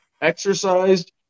exercised